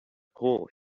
pole